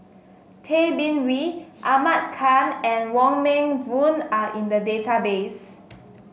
Tay Bin Wee Ahmad Khan and Wong Meng Voon are in the database